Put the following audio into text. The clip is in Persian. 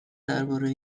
درباره